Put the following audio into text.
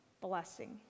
Blessing